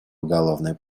уголовное